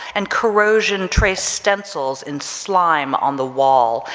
and corrosion-trace stencils in slime on the wall,